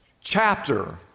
chapter